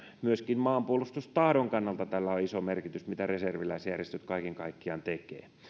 myöskin maanpuolustustahdon kannalta tällä on iso merkitys mitä reserviläisjärjestöt kaiken kaikkiaan tekevät